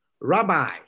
Rabbi